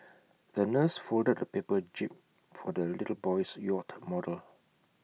the nurse folded A paper jib for the little boy's yacht model